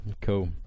cool